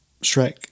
Shrek